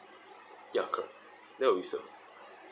yeah correct that would be so